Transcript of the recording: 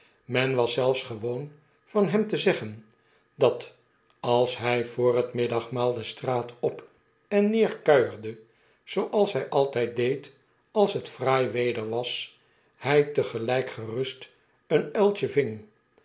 men was zelfs gewoon van hem te zeggen dat als hij voor het middagmaal de straat op en neer kuierde zooals hjj altijd deed als het fraai weder was hij tegelp gerust een uiltje ving